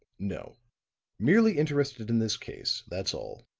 no merely interested in this case, that's all.